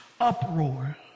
uproar